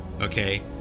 okay